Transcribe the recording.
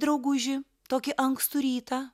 drauguži tokį ankstų rytą